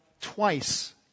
twice